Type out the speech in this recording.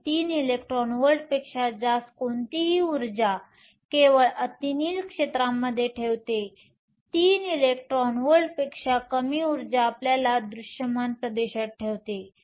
तर 3 इलेक्ट्रॉन व्होल्टपेक्षा जास्त कोणतीही ऊर्जा केवळ अतिनील क्षेत्रामध्ये ठेवते 3 इलेक्ट्रॉन व्होल्टमध्ये कमी ऊर्जा आपल्याला दृश्यमान प्रदेशात ठेवते